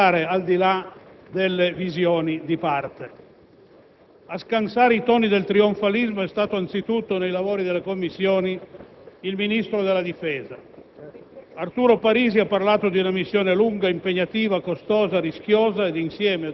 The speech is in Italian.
I rischi e le difficoltà dell'impresa sono tali da sconsigliare i toni del trionfalismo; le sue ragioni inducono, come di fatto è avvenuto nel dibattito parlamentare, a guardare al di là delle visioni di parte.